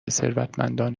ثروتمندان